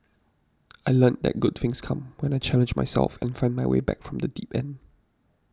I learnt that good things come when I challenge myself and find my way back from the deep end